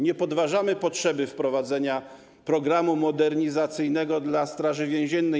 Nie podważamy potrzeby wprowadzenia programu modernizacyjnego dla straży więziennej.